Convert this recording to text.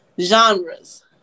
genres